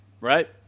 Right